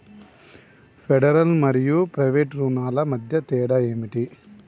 Federal మరియు private రుణాల మధ్య తేడా ఏమిటి?